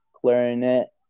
clarinet